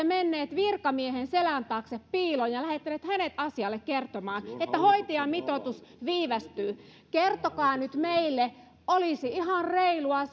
menneet virkamiehen selän taakse piiloon ja lähettäneet hänet asialle kertomaan että hoitajamitoitus viivästyy kertokaa nyt meille olisi ihan reilua